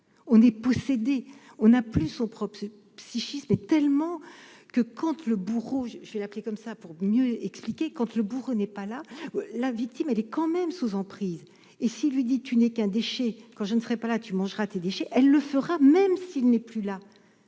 on est poussé, on n'a plus son propre c'est psychisme est tellement que compte le bourreau, je vais l'appeler comme ça, pour mieux expliquer quand le bourreau n'est pas là la victime, elle est quand même sous emprise et s'il lui dit : tu n'es qu'un déchet quand je ne serai pas là tu mangeras tes déchets, elle le fera, même s'il n'est plus là,